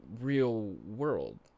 real-world